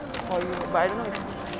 for you but I don't know if